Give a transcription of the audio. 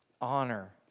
Honor